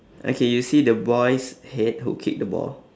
okay you see the boy's head who kick the ball